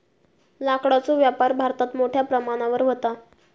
लाकडाचो व्यापार भारतात मोठ्या प्रमाणावर व्हता